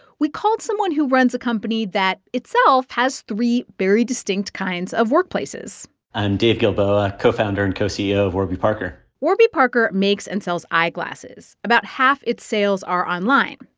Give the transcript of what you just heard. we called someone who runs a company that itself has three very distinct kinds of workplaces i'm dave gilboa, co-founder and ceo of warby parker warby parker makes and sells eyeglasses. about half its sales are online.